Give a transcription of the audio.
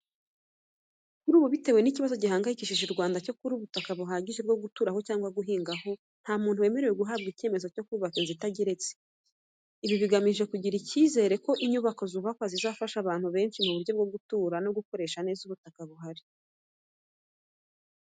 Kuri ubu bitewe n’ikibazo gihangayikishije u Rwanda cyo kubura ubutaka buhagije bwo guturaho cyangwa guhingaho, nta muntu wemerewe guhabwa icyemezo cyo kubaka inzu itageretse. Ibi bigamije kugira icyizere ko inyubako zubakwa zizafasha abantu benshi mu buryo bwo gutura no gukoresha neza ubutaka buhari.